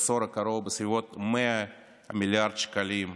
בעשור הקרוב בסביבות 100 מיליארד שקלים,